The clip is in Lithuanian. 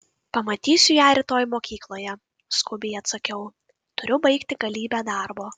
pamatysiu ją rytoj mokykloje skubiai atsakiau turiu baigti galybę darbo